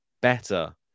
better